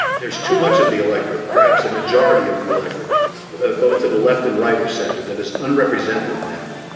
there's too much of the electorate. perhaps the majority of the electorate both to the left and right of centre that is unrepresented now.